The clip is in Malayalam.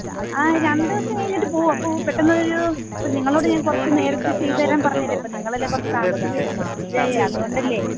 ആ രണ്ട് ദിവസം കഴിഞ്ഞിട്ട് പോകും അപ്പോൾ പെട്ടെന്ന് ഒരു ഇപ്പം നിങ്ങളോട് ഞാൻ കുറച്ച് നേരത്തെ ചെയ്ത് തരാൻ പറഞ്ഞതല്ലേ അപ്പം നിങ്ങളല്ലേ കുറച്ച് താമസിച്ചത് ഇതായി അതുകൊണ്ടല്ലേ